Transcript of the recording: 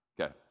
Okay